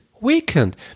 weakened